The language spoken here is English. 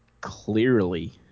clearly